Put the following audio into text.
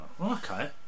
Okay